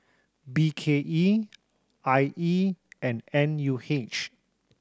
B K E I E and N U H